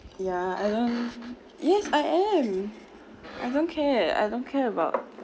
yeah and then yes I am I don't care I don't care about